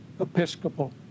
Episcopal